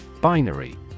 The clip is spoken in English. Binary